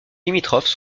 limitrophes